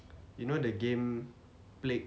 you know the game plague